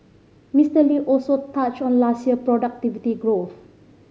Mister Lee also touched on last year productivity growth